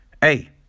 hey